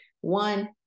One